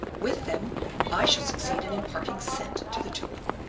with them i shall succeed in imparting scent to the tulip.